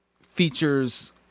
Features